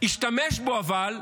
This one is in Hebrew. אבל השתמש בו,